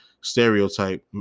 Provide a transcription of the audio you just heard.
stereotype